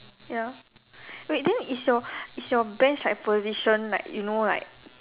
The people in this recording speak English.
ya wait then is your is your bench like position like you know like